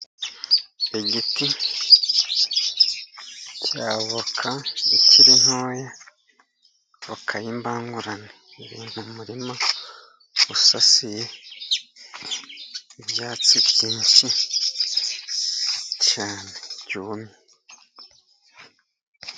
Igiti cy'avoka ikiri ntoya, avoka y'imbangurane. iri mu murima usasiye ibyatsi byinshi cyane byumye.